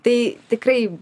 tai tikrai